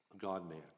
God-man